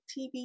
TV